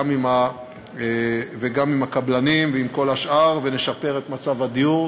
עם הקבלנים ועם כל השאר ונשפר את מצב הדיור.